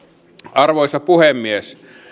arvoisa puhemies